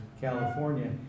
California